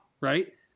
right